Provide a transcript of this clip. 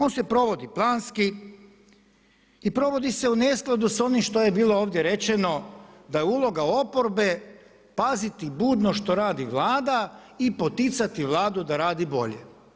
On se provodi planski i provodi se u neskladu s onim što je bilo ovdje rečeno da je uloga oporbe paziti budno što radi Vlada i poticati Vladu da radi bolje.